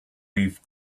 leaf